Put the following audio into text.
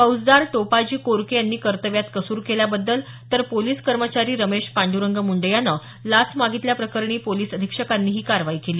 फौजदार टोपाजी कोरके यांनी कर्तव्यात कसूर केल्याबद्दल तर पोलिस कर्मचारी रमेश पांडरंग मुंडे यानं लाच मागितल्या प्रकरणी ही पोलीस अधीक्षकांनी ही कारवाई केली